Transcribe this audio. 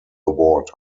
award